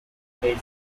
inglese